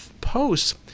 posts